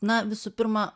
na visų pirma